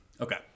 Okay